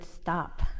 stop